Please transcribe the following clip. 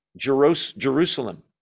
Jerusalem